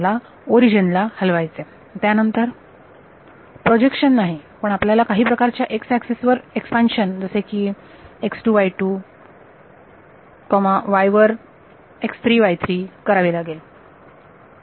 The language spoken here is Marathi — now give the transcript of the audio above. ला ओरिजिन ला हलवायचे त्यानंतर प्रोजेक्शन नाही पण आपल्याला काही प्रकारच्या x एक्सिस वर एक्सपान्शन जसे की y वर करावे लागेल